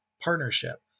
partnership